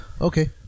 Okay